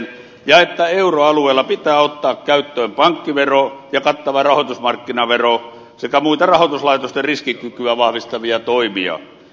vaadimme myös että euroalueella pitää ottaa käyttöön pankkivero ja kattava rahoitusmarkkinavero sekä muita rahoituslaitosten riskikykyä vahvistavia toimia